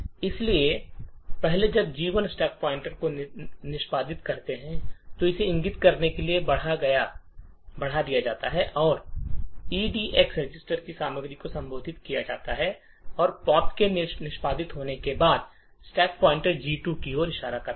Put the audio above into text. इसलिए पहले जब G1 स्टैक पॉइंटर को निष्पादित करता है तो इसे इंगित करने के लिए बढ़ा दिया जाता है और एडक्स रजिस्टर की सामग्री को संबोधित किया जाएगा पॉप के निष्पादित होने के बाद स्टैक पॉइंटर G2 की ओर इशारा करता है